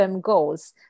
goals